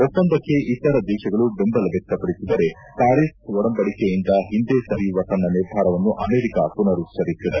ಒಪ್ಪಂದಕ್ಷೆ ಇತರ ದೇಶಗಳು ಬೆಂಬಲ ವ್ಹ್ವಪಡಿಸಿದ್ದರೆ ಪ್ಹಾರೀಸ್ ಒಡಂಬಡಿಕೆಯಿಂದ ಹಿಂದೆ ಸರಿಯುವ ತನ್ನ ನಿರ್ಧಾರವನ್ನು ಅಮೆರಿಕ ಪುನರುಚ್ಚರಿಸಿದೆ